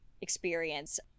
experience